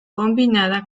combinada